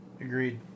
Agreed